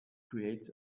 creates